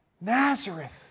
Nazareth